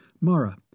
Mara